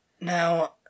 Now